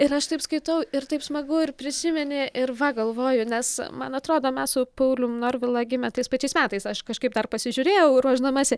ir aš taip skaitau ir taip smagu ir prisimeni ir va galvoju nes man atrodo mes su paulium norvila gimę tais pačiais metais aš kažkaip dar pasižiūrėjau ruošdamasi